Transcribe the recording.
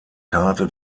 karte